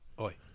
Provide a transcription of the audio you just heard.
oi